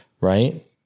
right